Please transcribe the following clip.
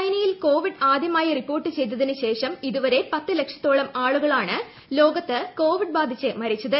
ചൈനയിൽ കോവിഡ് ആദ്യമായി റിപ്പോർട്ട് ചെയ്തതിനു ശേഷം ഇതുവരെ പത്തു ലക്ഷ്ത്ത്തോളം ആളുകളാണ് ലോകത്ത് കോവിഡ് ബാധിച്ച് മരിച്ചത്